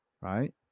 Right